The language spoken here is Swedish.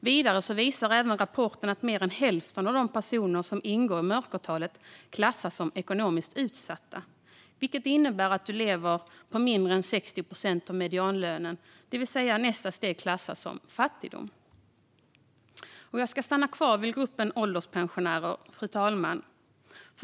Vidare visar rapporten att mer än hälften av de personer som ingår i mörkertalet klassas som ekonomiskt utsatta, vilket innebär att de lever på mindre än 60 procent av medianlönen. Nästa steg klassas som fattigdom. Jag ska stanna kvar vid gruppen ålderspensionärer, fru talman.